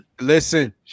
Listen